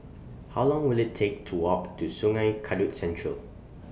How Long Will IT Take to Walk to Sungei Kadut Central